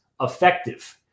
effective